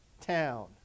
town